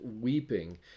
weeping